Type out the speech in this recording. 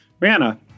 Rihanna